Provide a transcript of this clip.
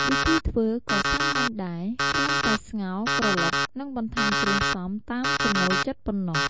វិធីធ្វើក៏សាមញ្ញដែរ គ្រាន់តែស្ងោរ ក្រឡុក និងបន្ថែមគ្រឿងផ្សំតាមចំណូលចិត្តប៉ុណ្ណោះ។